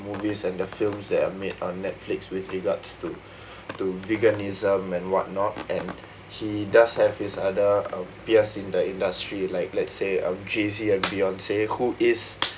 movies and the films that are made on netflix with regards to to veganism and whatnot and he does have his other um peers in the industry like let's say um jay-Z and beyonce who is